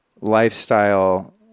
lifestyle